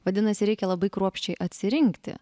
vadinasi reikia labai kruopščiai atsirinkti